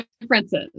differences